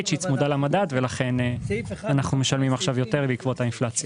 שהיא צמודה למדד ולכן אנחנו משלמים עכשיו יותר בעקבות האינפלציה.